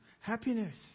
happiness